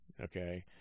okay